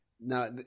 Now